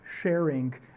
sharing